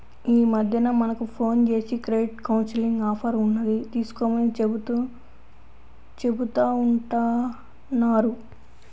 యీ మద్దెన మనకు ఫోన్ జేసి క్రెడిట్ కౌన్సిలింగ్ ఆఫర్ ఉన్నది తీసుకోమని చెబుతా ఉంటన్నారు